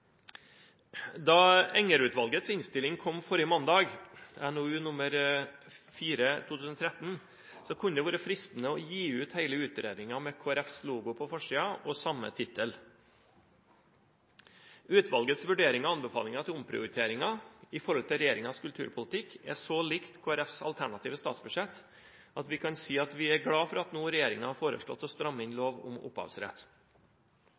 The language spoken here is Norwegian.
NOU 2013: 4, kom forrige mandag, kunne det vært fristende å gi ut hele utredningen med Kristelig Folkepartis logo på forsiden og med samme tittel. Utvalgets vurderinger og anbefalinger om omprioriteringer i regjeringens kulturpolitikk er så likt Kristelig Folkepartis alternative statsbudsjett at vi kan si at vi er glad for at regjeringen har foreslått å stramme inn lov om opphavsrett.